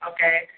Okay